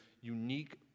unique